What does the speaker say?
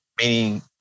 meaning